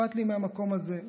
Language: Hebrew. אכפת לי מהמקום הזה,